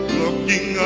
looking